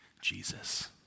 Jesus